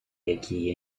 які